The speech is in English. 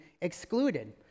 excluded